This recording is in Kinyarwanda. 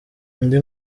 indi